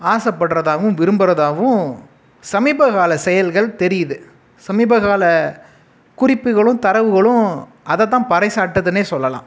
ஆசைப்படுறதாவும் விரும்புறதாகவும் சமீபகால செயல்கள் தெரியுது சமீபகால குறிப்புகளும் தரவுகளும் அதை தான் பறைசாற்றுதுன்னு சொல்லலாம்